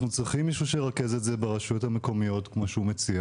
אנחנו צריכים גם מישהו שידע לרכז את זה ברשויות המקומיות כמו שהוא מציע